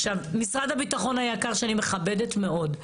עכשיו, משרד הביטחון היקר, שאני מכבדת מאוד.